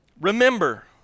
Remember